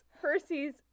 Percy's